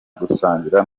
gusangira